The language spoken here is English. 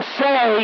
say